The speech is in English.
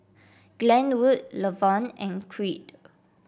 Glenwood Levon and Creed